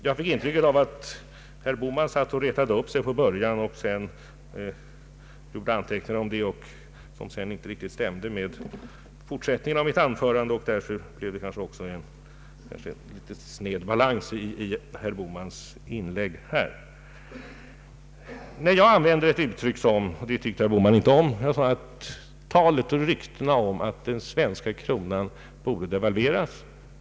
Jag fick ett intryck av att herr Bohman satt och retade upp sig på början och gjorde anteckningar om den, vilka sedan inte stämde med fortsättningen av mitt anförande. Därför blev det kanske en sned balans i herr Bohmans inlägg. Jag använde ett uttryck, som herr Bohman inte tyckte om. Jag nämnde talet och ryktena om att den svenska kronan borde devalveras.